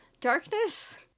Darkness